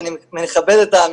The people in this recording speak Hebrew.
ואני מכבד את האמירה הזאת.